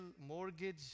mortgage